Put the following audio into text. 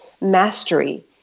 mastery